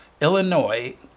Illinois